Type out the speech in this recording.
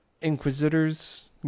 inquisitors